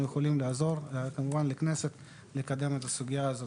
לעזור לכנסת כדי לקדם את הסוגייה הזאת.